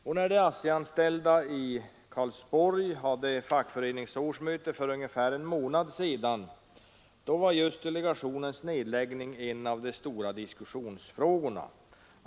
Och när de ASSI-anställda i Karlsborg hade fackföreningsårsmöte för ungefär en månad sedan var just delegationens nedläggning en av de stora diskussionsfrågorna.